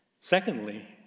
Secondly